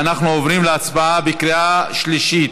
אנחנו עוברים להצבעה בקריאה שלישית.